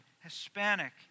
Hispanic